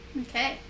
Okay